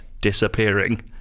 Disappearing